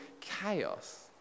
chaos